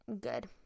good